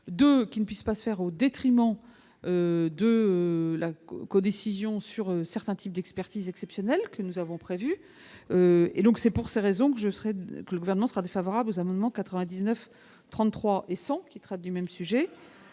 2 qui ne puisse pas se faire au détriment de la codécision sur certains types d'expertise exceptionnelle que nous avons prévu, et donc c'est pour ces raisons que je serai le gouvernement sera défavorable aux amendements 99 33 et 100 qui traite du même sujet